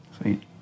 Sweet